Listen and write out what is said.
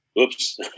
oops